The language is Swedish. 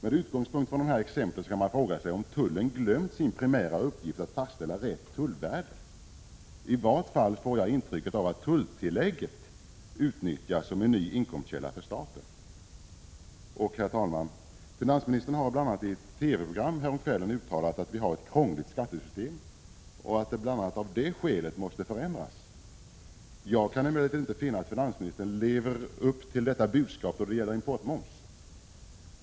Med utgångspunkt från de här exemplen kan man fråga sig om tullen glömt sin primära uppgift att fastställa rätt tullvärde. I vart fall får jag intrycket av att tulltillägget utnyttjas som en ny inkomstkälla för staten. Herr talman! Finansministern har bl.a. i ett TV-program häromkvällen uttalat att vi har ett krångligt skattesystem, som bl.a. av det skälet måste förändras. Jag kan emellertid inte finna att finansministern lever upp till detta budskap då det gäller importmoms.